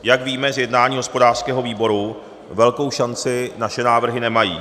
Jak víme z jednání hospodářského výboru, velkou šanci naše návrhy nemají.